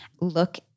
look